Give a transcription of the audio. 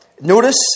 Notice